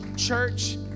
Church